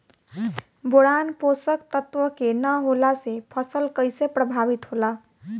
Boron पोषक तत्व के न होला से फसल कइसे प्रभावित होला?